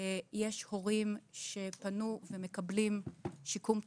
יש הורים שפנו ומקבלים שיקום תעסוקתי.